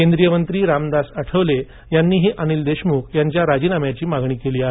केंद्रीय मंत्री रामदास आठवले यांनीही अनिल देशमुख यांच्या राजीनाम्याची मागणी केली आहे